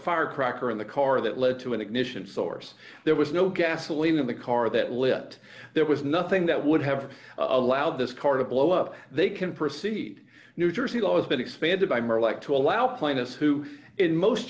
firecracker in the car that led to an ignition source there was no gasoline in the car that list there was nothing that would have allowed this car to blow up they can proceed new jersey always been expanded by more like to allow plaintiffs who in most